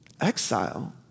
Exile